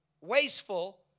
wasteful